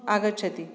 आगच्छति